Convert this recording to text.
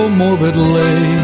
morbidly